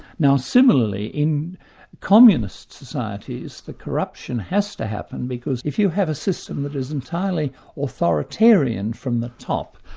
now similarly in communist societies, the corruption has to happen, because if you have a system that is entirely authoritarian from the top,